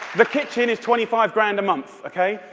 the kitchen is twenty five grand a month. okay?